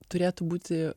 turėtų būti